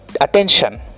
attention